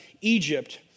Egypt